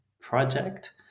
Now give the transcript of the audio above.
project